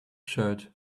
shirt